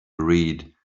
read